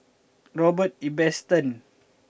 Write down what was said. Robert Ibbetson